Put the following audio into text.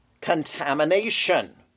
contamination